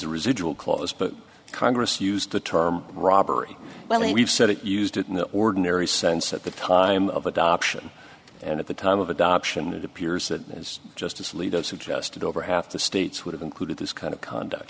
a residual clause but congress used the term robbery well and we've said it used it in the ordinary sense at the time of adoption and at the time of adoption it appears that there is justice alito suggested over half the states would have included this kind of conduct